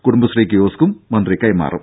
കുടുംബശ്രീ കിയോസ്ക്കും മന്ത്രി കൈമാറും